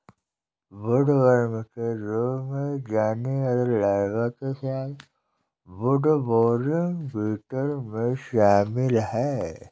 woodworm के रूप में जाने वाले लार्वा के साथ वुडबोरिंग बीटल में शामिल हैं